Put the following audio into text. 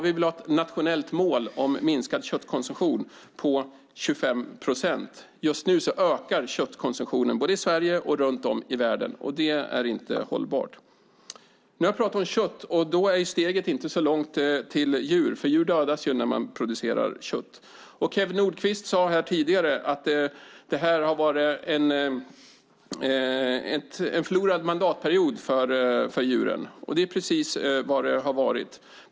Vi vill ha ett nationellt mål om minskad köttkonsumtion på 25 procent. Just nu ökar köttkonsumtionen i Sverige och runt om i världen, och det är inte hållbart. Från kött är steget inte så långt till djur, för djur dödas ju när man producerar kött. Kew Nordqvist sade tidigare att det har varit en förlorad mandatperiod för djuren, och det stämmer.